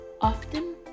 Often